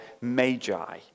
magi